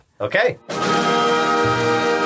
Okay